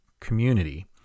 community